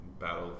Battle